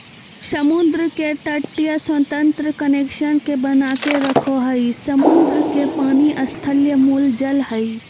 समुद्र के तटीय स्वतंत्र कनेक्शन के बनाके रखो हइ, समुद्र के पानी स्थलीय मूल जल हइ